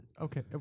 Okay